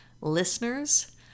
listeners